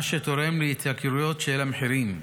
מה שתורם להתייקרויות של המחירים.